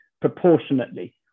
proportionately